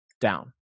down